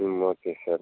ம் okay sir